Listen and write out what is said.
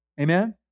Amen